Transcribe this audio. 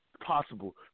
Possible